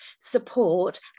support